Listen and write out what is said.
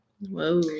Whoa